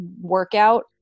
workout